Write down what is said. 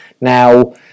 Now